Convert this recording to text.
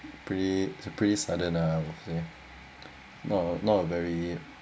pretty is a pretty sudden ah I will say uh not a not a very